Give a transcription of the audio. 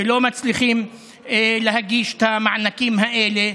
שלא מצליחים להגיש את המענקים האלה.